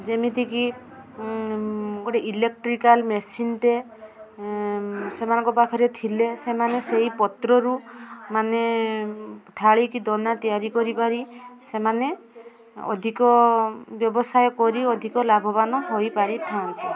ଯେମିତି କି ଗୋଟେ ଇଲେକଟ୍ରିକାଲ୍ ମେସିନ୍ ଟେ ସେମାନଙ୍କ ପାଖରେ ଥିଲେ ସେମାନେ ସେଇ ପତ୍ରରୁ ମାନେ ଥାଳି କି ଦନା ତିଆରି କରିପାରି ସେମାନେ ଅଧିକ ବ୍ୟବସାୟ କରି ଅଧିକ ଲାଭବାନ ହୋଇପାରିଥାନ୍ତେ